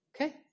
okay